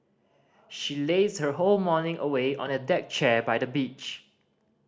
she lazed her whole morning away on a deck chair by the beach